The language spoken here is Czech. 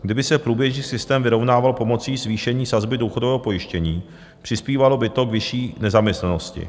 Kdyby se průběžný systém vyrovnával pomocí zvýšení sazby důchodového pojištění, přispívalo by to k vyšší nezaměstnanosti.